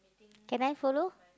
can I follow